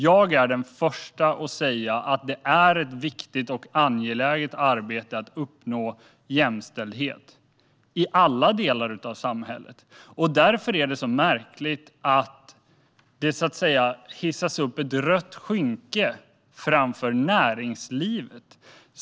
Jag är den förste att säga att det är ett viktigt och angeläget arbete att uppnå jämställdhet i alla delar av samhället. Därför är det så märkligt att det så att säga hissas upp ett rött skynke framför näringslivet.